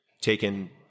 taken